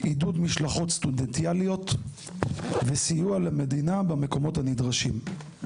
עידוד משלחות סטודנטיאליות וסיוע למדינה במקומות הנדרשים.